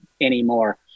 anymore